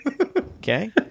Okay